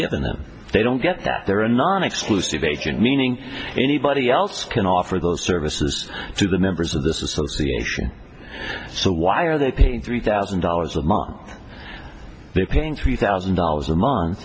and then they don't get that there are a non exclusive agent meaning anybody else can offer those services to the members of this association so why are they paying three thousand dollars a month they're paying three thousand dollars a month